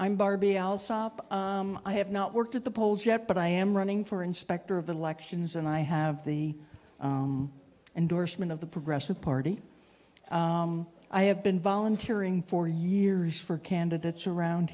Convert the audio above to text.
i'm barbie alsop i have not worked at the polls yet but i am running for inspector of elections and i have the endorsement of the progressive party i have been volunteering for years for candidates around